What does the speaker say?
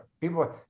People